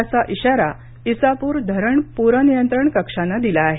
असा इशारा ईसापुर धरण प्रनियंत्रण कक्षाने दिला आहे